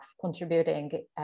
contributing